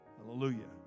Hallelujah